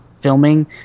filming